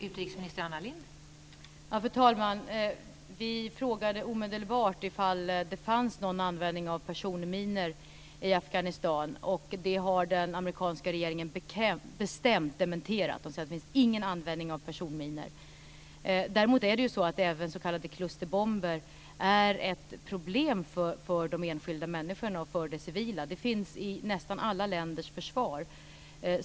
Fru talman! Vi frågade omedelbart ifall det fanns någon användning av personminor i Afghanistan. Det har den amerikanska regeringen bestämt dementerat. Det finns ingen användning av personminor, säger man. Däremot är ju även s.k. klusterbomber ett problem för de enskilda människorna och för de civila. De finns i nästan alla länders försvar.